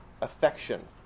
affection